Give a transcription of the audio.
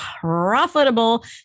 profitable